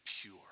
pure